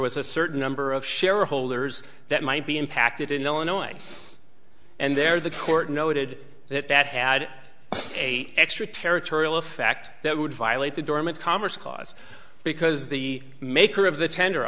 was a certain number of shareholders that might be impacted in illinois and there the court noted that that had a extraterritorial effect that would violate the dormant commerce clause because the maker of the tender